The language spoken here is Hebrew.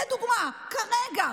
לדוגמה, כרגע,